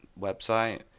Website